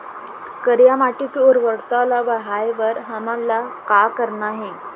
करिया माटी के उर्वरता ला बढ़ाए बर हमन ला का करना हे?